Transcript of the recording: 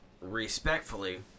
respectfully